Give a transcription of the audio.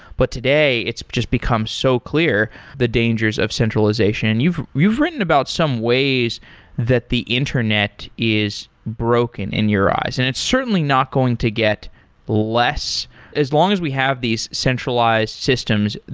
but today it just becomes so clear the dangers of centralization. and you've you've written about some ways that the internet is broken in your eyes, and it's certainly not going to get less as long as we have these centralized systems.